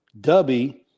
Dubby